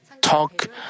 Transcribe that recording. talk